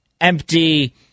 Empty